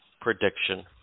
prediction